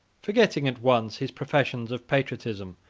forgetting, at once, his professions of patriotism,